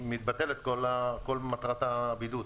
מתבטלת כל מטרת הבידוד.